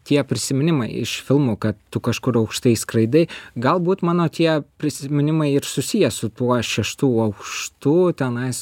tie prisiminimai iš filmų kad tu kažkur aukštai skraidai galbūt mano tie prisiminimai ir susiję su tuo šeštu aukštu tenais